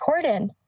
Corden